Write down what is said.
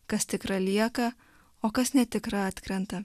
kas tikra lieka o kas netikra atkrenta